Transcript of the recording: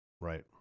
right